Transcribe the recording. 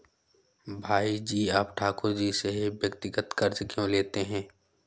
भाई जी आप ठाकुर जी से ही व्यक्तिगत कर्ज क्यों लेते हैं?